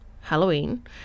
Halloween